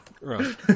Right